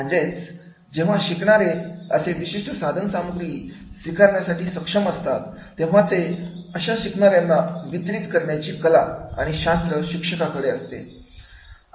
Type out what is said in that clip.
म्हणजेच जेव्हा शिकणारे असे विशिष्ट साधनसामुग्री स्वीकारण्यासाठी सक्षम असतात तेव्हा ते अशा शिकणाऱ्यांना वितरित करण्याची कला आणि शास्त्र शिक्षकाकडे असते